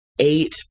Eight